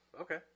Okay